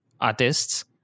artists